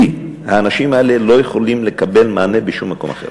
כי האנשים האלה לא יכולים לקבל מענה בשום מקום אחר.